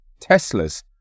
Teslas